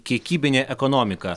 kiekybinė ekonomika